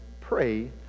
pray